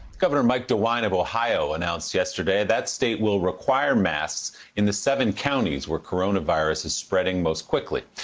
governor mike dewine of ohio announced yesterday that state will require masks in the seven counties where coronavirus is spreading most quickly.